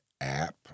app